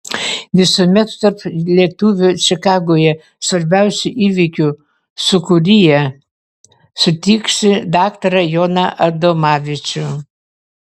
visuomet tarp lietuvių čikagoje svarbiausių įvykių sūkuryje sutiksi daktarą joną adomavičių